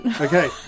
Okay